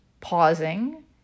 pausing